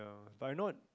but you know